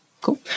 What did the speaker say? cool